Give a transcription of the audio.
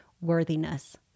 worthiness